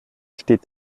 steht